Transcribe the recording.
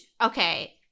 okay